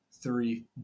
three